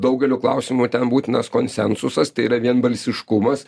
daugeliu klausimų ten būtinas konsensusas tai yra vienbalsiškumas